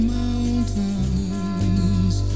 mountains